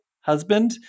husband